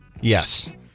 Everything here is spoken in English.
Yes